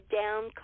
down